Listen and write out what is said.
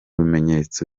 bimenyetso